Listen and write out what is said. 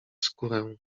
skórę